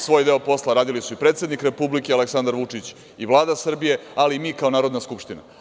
Svoj deo posla radili su i predsednik Republike, Aleksandar Vučić, i Vlada Srbije, ali i mi kao Narodna skupština.